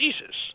Jesus